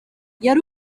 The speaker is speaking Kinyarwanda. yari